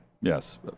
Yes